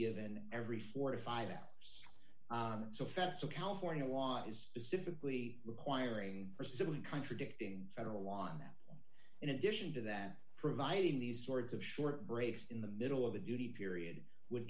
given every forty five hours so fetzer california law is specifically requiring president contradicting federal law in that in addition to that providing these sorts of short breaks in the middle of a duty period would